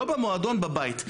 לא במועדון - בבית.